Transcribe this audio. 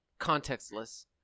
contextless